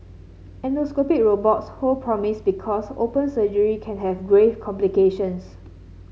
endoscopic robots hold promise because open surgery can have grave complications